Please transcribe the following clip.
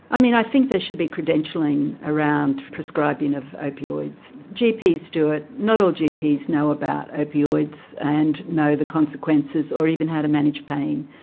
i mean, i think there should be credentialing around prescribing of opioids. gps do it, not all gps know about opioids and know the consequences or even how to manage pain.